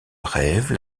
rêve